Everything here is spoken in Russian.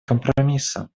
компромисса